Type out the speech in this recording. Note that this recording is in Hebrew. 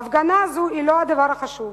ההפגנה הזאת היא לא הדבר החשוב.